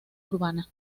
urbana